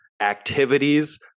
activities